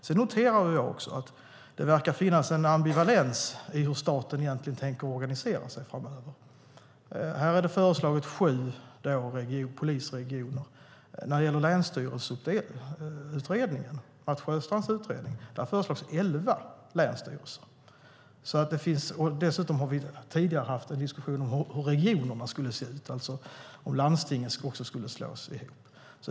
Jag noterade att det verkar finnas en ambivalens beträffande hur staten tänker organisera sig framöver. Det har föreslagits sju polisregioner. I Länsstyrelseutredningen, Mats Sjöstrands utredning, föreslås elva länsstyrelser. Dessutom har vi tidigare haft en diskussion om hur regionerna skulle se ut, alltså om landstingen också skulle slås ihop.